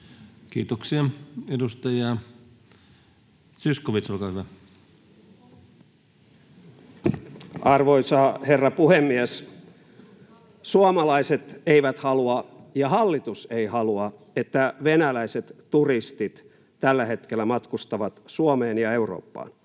2023 Time: 10:21 Content: Arvoisa herra puhemies! Suomalaiset eivät halua ja hallitus ei halua, että venäläiset turistit tällä hetkellä matkustavat Suomeen ja Eurooppaan.